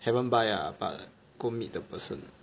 haven't buy lah but go meet the person